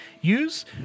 use